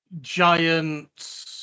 giant